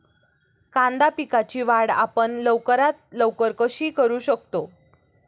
कांदा पिकाची वाढ आपण लवकरात लवकर कशी करू शकतो?